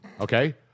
Okay